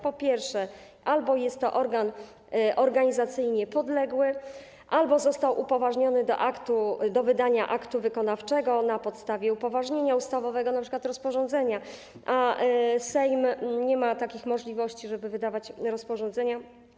Po pierwsze, albo jest to organ organizacyjnie podległy, albo został upoważniony do wydania aktu wykonawczego na podstawie upoważnienia ustawowego, np. rozporządzenia, a Sejm nie ma takich możliwości, żeby wydawać rozporządzenia.